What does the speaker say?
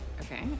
Okay